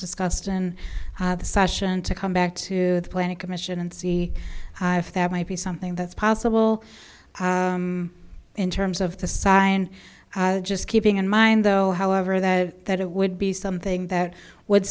discussed in session to come back to the planning commission and see if that might be something that's possible in terms of the sign just keeping in mind though however that that it would be something that would